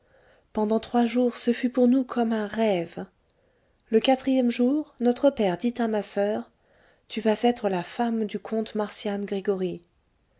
pendant trois jours ce fut pour nous comme un rêve le quatrième jour notre père dit à ma soeur tu vas être la femme du comte marcian gregoryi